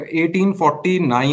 1849